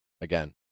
again